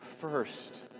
first